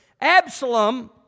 Absalom